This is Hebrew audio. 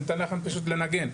וניתן לכם פשוט לנגן.